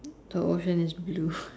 the ocean is blue